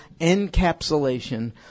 encapsulation